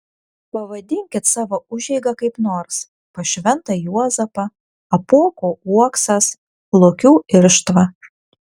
pavadinkit savo užeigą kaip nors pas šventą juozapą apuoko uoksas lokių irštva